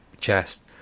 chest